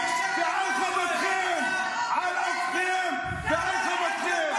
אישאר במולדתי על אפכם ועל חמתכם.